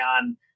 on